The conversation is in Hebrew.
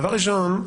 דבר ראשון,